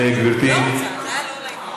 זה היה לא לעניין.